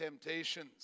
temptations